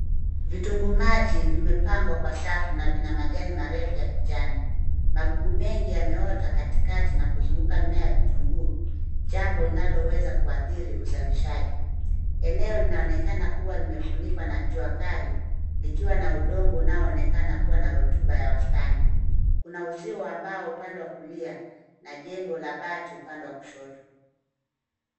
Vitunguu maji vimepangwa kwa safu na vina majani marefu ya kijani. Magugu mengi yameota katikati na kuzunguka mmea wa vitunguu, jambo linaloweza kuathiri uzalishaji. Eneo linaonekana kuwa limefunikwa na jua kali, likiwa na udongo unaoonekana kuwa na rutuba ya wastani. Kuna uzio wa mbao upande wa kulia, na jengo la bati upande wa kushoto.